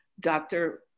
Dr